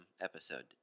episode